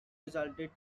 resulted